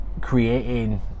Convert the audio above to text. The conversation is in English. creating